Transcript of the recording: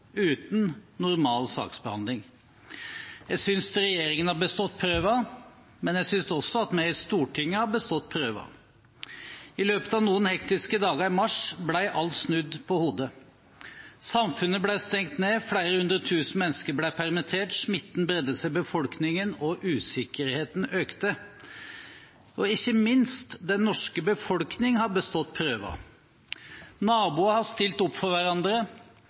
uten normal saksbehandling. Jeg synes regjeringen har bestått prøven, og jeg synes også vi i Stortinget har bestått prøven. I løpet av noen hektiske dager i mars ble alt snudd på hodet. Samfunnet ble stengt ned, flere hundre tusen mennesker ble permittert, smitten bredte seg i befolkningen, og usikkerheten økte. Ikke minst har den norske befolkningen bestått prøven. Naboer har stilt opp for hverandre,